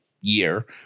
year